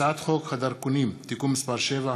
הצעת חוק הדרכונים (תיקון מס' 7),